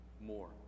more